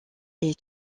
est